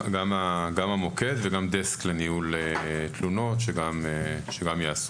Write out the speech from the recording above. גם המוקד וגם דסק לניהול תלונות שגם יאסוף,